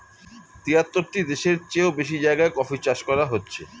তিয়াত্তরটি দেশের চেও বেশি জায়গায় কফি চাষ করা হচ্ছে